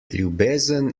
ljubezen